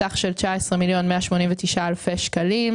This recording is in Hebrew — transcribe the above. סך של 19,189,000 שקלים.